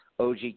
OG